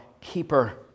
keeper